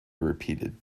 repeated